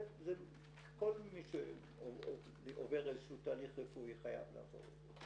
כל מי שעובר איזשהו תהליך רפואי חייב לעבור,